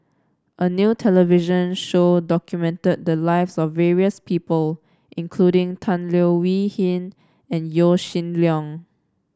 a new television show documented the lives of various people including Tan Leo Wee Hin and Yaw Shin Leong